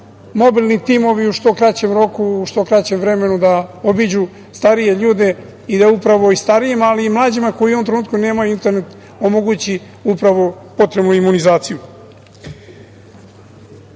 Mobilni timovi u što kraćem roku, u što kraćem vremenu da obiđu starije ljude i da upravo i starijima, ali i mlađima koji u jednom trenutku nemaju internet omogući upravo potrebnu imunizaciju. Poziv